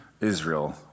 Israel